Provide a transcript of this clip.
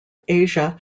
asia